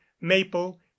maple